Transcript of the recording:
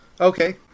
Okay